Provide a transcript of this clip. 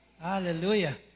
Hallelujah